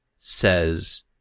says